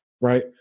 right